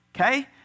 Okay